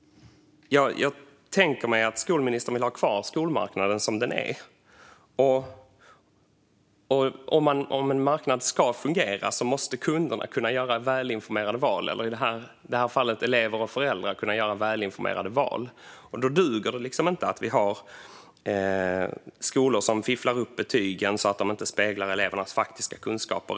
Jag tänker mig att skolministern vill ha kvar skolmarknaden som den är. Om en marknad ska fungera måste kunderna eller i det här fallet elever och föräldrar kunna göra välinformerade val. Då duger det liksom inte att vi har skolor som fifflar upp betygen så att de inte speglar elevernas faktiska kunskaper.